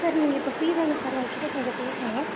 sir நீங்கள் இப்போ free தானே சார் உங்கள்கிட்ட கொஞ்ச பேசணும்